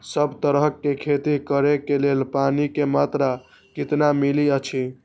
सब तरहक के खेती करे के लेल पानी के मात्रा कितना मिली अछि?